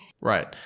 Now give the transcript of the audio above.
Right